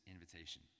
invitation